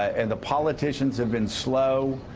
and the politicians have been slow.